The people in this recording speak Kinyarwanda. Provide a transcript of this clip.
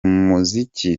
muziki